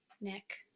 Nick